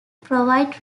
provide